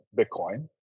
Bitcoin